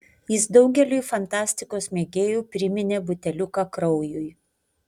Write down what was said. jis daugeliui fantastikos mėgėjų priminė buteliuką kraujui